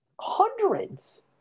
hundreds